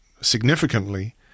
significantly